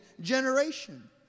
generation